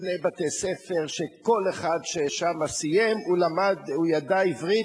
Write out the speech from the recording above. שני בתי-ספר שכל אחד שסיים שם ידע עברית,